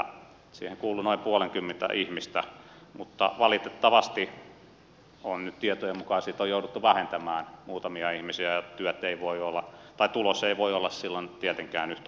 siihen kuului noin puolenkymmentä ihmistä mutta valitettavasti nyt tietojen mukaan siitä on jouduttu vähentämään muutamia ihmisiä ja tulos ei voi olla silloin tietenkään yhtä hyvä